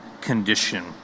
condition